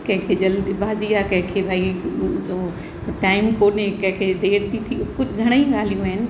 कंहिं खे जल्दबाजी आहे कंहिं खे भाई उहो टाइम कोने कंहिं खे देर थी थी कुझु घणेई ॻाल्हियूं आहिनि